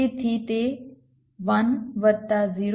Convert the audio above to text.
તેથી તે 1 વત્તા 0